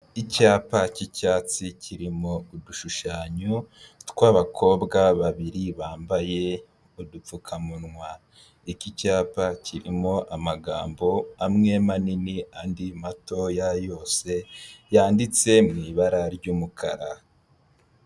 Icyapa cy'icyatsi kirimo udushushanyo tw'abakobwa babiri bambaye udupfukamunwa. Iki cyapa kirimo amagambo amwe manini andi matoya yose yanditse mu ibara ry'umukara.